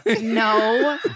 No